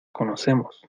conocemos